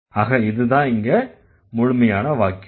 ஆக இதுதான் இங்க முழுமையான வாக்கியம்